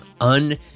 un